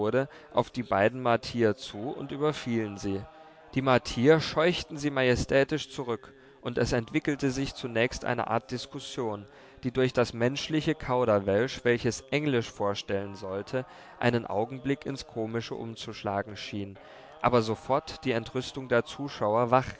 auf die beiden martier zu und überfielen sie die martier scheuchten sie majestätisch zurück und es entwickelte sich zunächst eine art diskussion die durch das menschliche kauderwelsch welches englisch vorstellen sollte einen augenblick ins komische umzuschlagen schien aber sofort die entrüstung der zuschauer wachrief